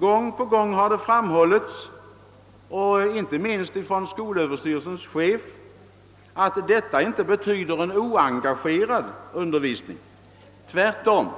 Gång på gång har det framhållits, inte minst av skolöverstyrelsens chef, att detta inte betyder en oengagerad undervisning. Tvärtom!